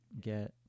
get